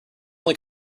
only